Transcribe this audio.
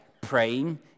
praying